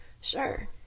Sure